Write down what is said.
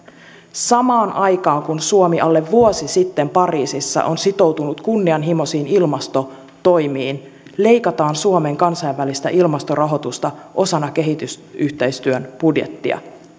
samaan aikaan kun suomi alle vuosi sitten pariisissa on sitoutunut kunnianhimoisiin ilmastotoimiin leikataan suomen kansainvälistä ilmastorahoitusta osana kehitysyhteistyön budjettia